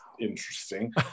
interesting